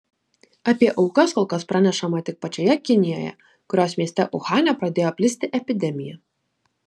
apie aukas kol kas pranešama tik pačioje kinijoje kurios mieste uhane pradėjo plisti epidemija